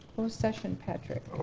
session, patrick.